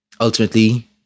Ultimately